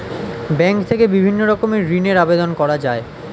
bank থেকে বিভিন্ন রকমের ঋণের আবেদন করা যায়